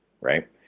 right